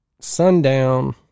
sundown